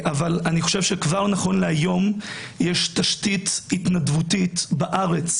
אני חושב שנכון להיום כבר יש תשתית התנדבותית בארץ